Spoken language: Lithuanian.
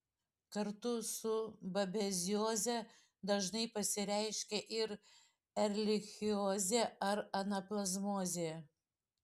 kartu su babezioze dažnai pasireiškia ir erlichiozė ar anaplazmozė